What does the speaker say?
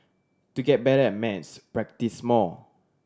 to get better at maths practise more